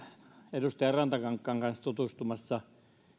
edustaja rantakankaan kanssa tutustumassa